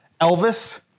Elvis